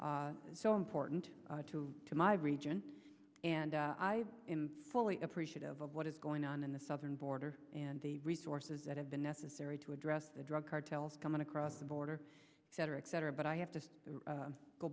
so important to my region and i fully appreciative of what is going on in the southern border and the resources that have been necessary to address the drug cartels coming across the border cetera et cetera but i have to